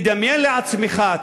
תדמיין לעצמך,